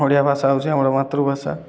ଓଡ଼ିଆ ଭାଷା ହେଉଛି ଆମର ମାତୃଭାଷା